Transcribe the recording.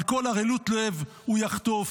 על כל ערלות לב הוא יחטוף.